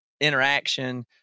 interaction